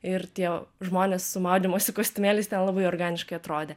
ir tie žmonės su maudymosi kostiumėliais ten labai organiškai atrodė